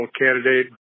candidate